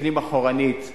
מסתכלים אחורנית בייאוש,